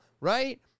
right